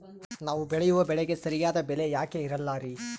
ನಾವು ಬೆಳೆಯುವ ಬೆಳೆಗೆ ಸರಿಯಾದ ಬೆಲೆ ಯಾಕೆ ಇರಲ್ಲಾರಿ?